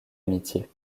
amitié